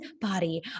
body